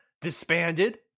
disbanded